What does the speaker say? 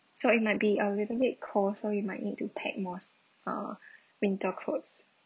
so it might be a little bit cold so you might need to pack most uh winter clothes